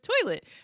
toilet